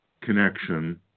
connection